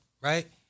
right